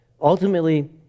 Ultimately